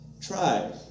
try